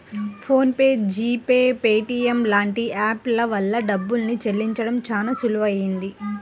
phone pay, G Pay, Paytm లాంటి app ల వల్ల డబ్బుల్ని చెల్లించడం చానా సులువయ్యింది